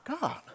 God